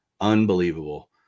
unbelievable